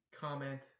Comment